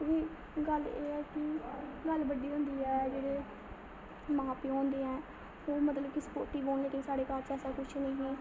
एह् गल्ल एह् ऐ कि गल्ल बड्डी बनदी ऐ एह्दे जेह्ड़े मां प्योऽ होंदे ऐ ओह् मतलब कि स्पोर्टिव होन लेकिन साढ़े घर च ऐसा किश निं ऐ